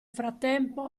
frattempo